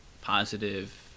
positive